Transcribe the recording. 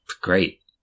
great